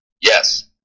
Yes